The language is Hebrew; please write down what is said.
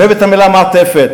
אוהב את המילה מעטפת,